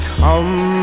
come